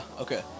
okay